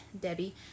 Debbie